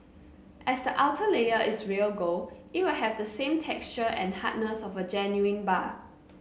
as the outer layer is real gold it will have the same texture and hardness of a genuine bar